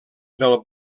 del